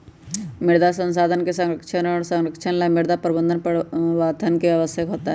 मृदा संसाधन के संरक्षण और संरक्षण ला मृदा प्रबंधन प्रथावन के आवश्यकता हई